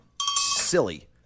silly